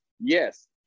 Yes